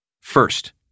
First